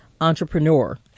entrepreneur